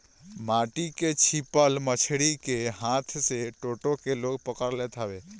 माटी में छिपल मछरी के हाथे से टो टो के लोग पकड़ लेत हवे